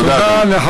תודה, אדוני.